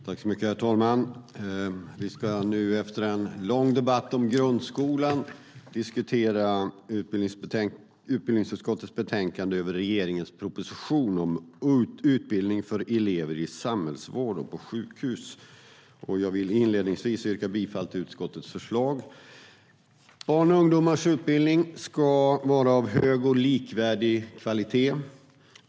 Herr talman! Efter en lång debatt om grundskolan ska vi nu behandla utbildningsutskottets betänkande med anledning av regeringens proposition om utbildning för elever i samhällsvård och på sjukhus. Jag vill inledningsvis yrka bifall till utskottets förslag. Barns och ungdomars utbildning ska vara av hög och likvärdig kvalitet.